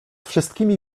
wszystkimi